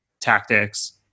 tactics